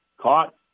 caught